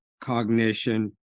cognition